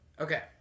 okay